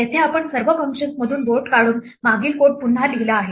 येथे आपण सर्व फंक्शन्समधून बोर्ड काढून मागील कोड पुन्हा लिहिला आहे